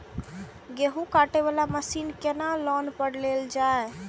गेहूँ काटे वाला मशीन केना लोन पर लेल जाय?